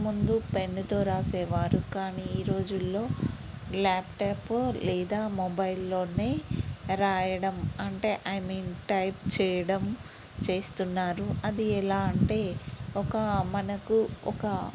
అంతకుముందు పెన్నుతో రాసేవారు కానీ ఈ రోజుల్లో ల్యాప్ట్యాపు లేదా మొబైల్లోనే రాయడం అంటే ఐ మీన్ టైప్ చేయడం చేస్తున్నారు అది ఎలా అంటే ఒక మనకు ఒక